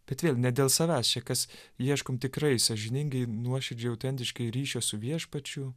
bet vėl ne dėl savęs čia kas ieškom tikrai sąžiningai nuoširdžiai autentiškai ryšio su viešpačiu